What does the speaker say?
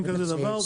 אין דבר כזה.